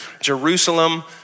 Jerusalem